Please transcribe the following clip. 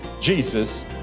Jesus